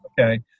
Okay